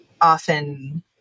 often